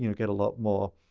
you know get a lot more